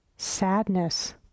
sadness